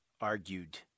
argued